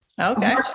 Okay